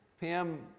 Pam